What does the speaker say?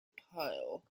pile